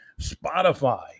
Spotify